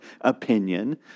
opinion